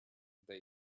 the